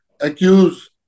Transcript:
accuse